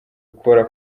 ukora